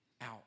out